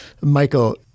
Michael